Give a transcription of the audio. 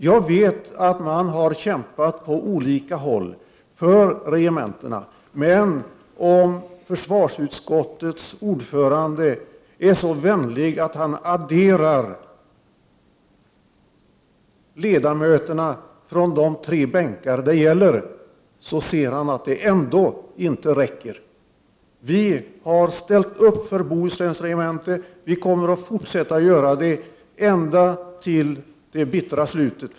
Jag vet att man har kämpat på olika håll för regementena, men om försvarsutskottets ordförande är så vänlig att han adderar ledamöterna från de tre bänkarna det gäller skall han se att det ändå inte räcker med våra röster. Vi har ställt upp för Bohusläns regemente. Vi kommer att fortsätta att göra det ända till det bittra slutet.